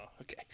okay